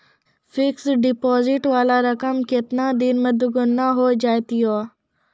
Fixed deposit वाला रकम केतना दिन मे दुगूना हो जाएत यो?